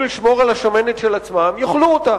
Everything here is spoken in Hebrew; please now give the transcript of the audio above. לשמור על השמנת של עצמם יאכלו אותה.